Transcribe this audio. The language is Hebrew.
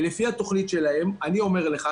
ולפי התוכנית שלהם אני אומר לך,